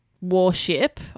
warship